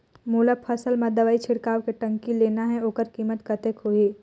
मोला फसल मां दवाई छिड़काव के टंकी लेना हे ओकर कीमत कतेक होही?